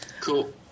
cool